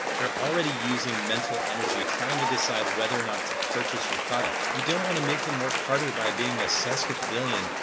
they're already using mental energy trying to decide whether or not to purchase your product you don't want to make them work harder by being sesquipedalian,